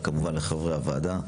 כמובן לחברי הוועדה.